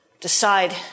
decide